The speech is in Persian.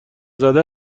زده